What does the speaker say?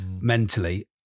mentally